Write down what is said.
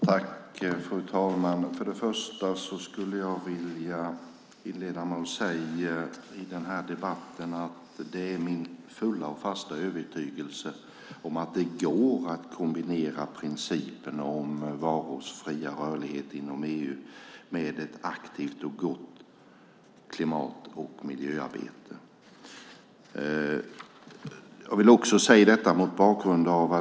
Fru talman! För det första skulle jag vilja inleda den här debatten med att säga att det är min fulla och fasta övertygelse att det går att kombinera principen om varors fria rörlighet inom EU med ett aktivt och gott klimat och miljöarbete.